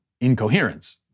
incoherence